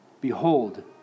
Behold